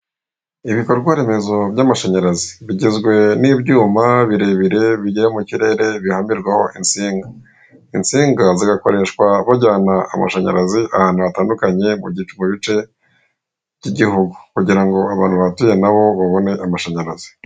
Ibikorwa remezo by'amashanyarazi bigizwe n'ibyuma birebire bigera mu kirere bihambirwaho insinga, insinga zigakoreshwa hojyana amashanyarazi ahantu hatandukanye mubice by'igihugu kugira ngo abantu bahatuye nabo babone amashanyarazi.